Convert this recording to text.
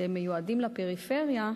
שמיועדים לפריפריה,